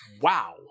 Wow